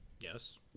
Yes